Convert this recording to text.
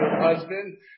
husband